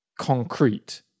concrete